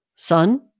Son